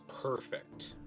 perfect